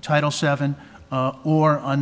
title seven